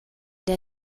der